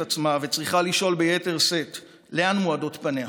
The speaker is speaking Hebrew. עצמה וצריכה לשאול ביתר שאת לאן מועדות פניה,